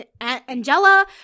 Angela